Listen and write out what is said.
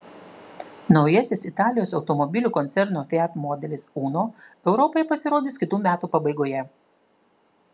naujasis italijos automobilių koncerno fiat modelis uno europoje pasirodys kitų metų pabaigoje